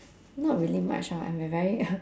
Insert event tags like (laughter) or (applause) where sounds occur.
not really much lah I'm a very (breath)